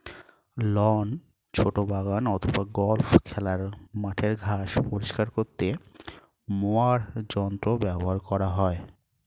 loan, ছোট বাগান অথবা গল্ফ খেলার মাঠের ঘাস পরিষ্কার করতে মোয়ার যন্ত্র ব্যবহার করা হয়